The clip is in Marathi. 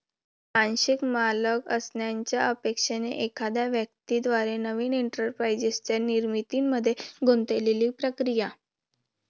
आंशिक मालक असण्याच्या अपेक्षेने एखाद्या व्यक्ती द्वारे नवीन एंटरप्राइझच्या निर्मितीमध्ये गुंतलेली प्रक्रिया